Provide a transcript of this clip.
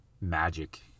magic